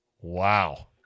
Wow